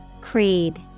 Creed